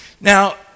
Now